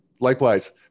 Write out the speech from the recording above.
Likewise